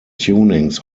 tunings